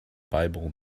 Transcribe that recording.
bible